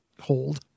hold